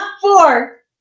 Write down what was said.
four